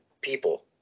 people